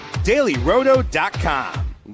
dailyroto.com